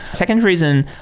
second reason,